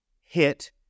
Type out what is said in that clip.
hit